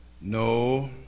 No